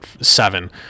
seven